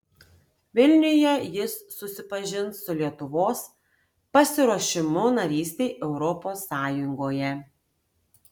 vilniuje jis susipažins su lietuvos pasiruošimu narystei europos sąjungoje